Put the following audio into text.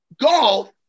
golf